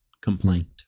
complaint